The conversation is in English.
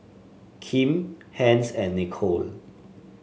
Kim Hence and Nicolle